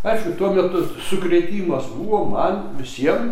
aišku tuo metu sukrėtimas buvo man visiem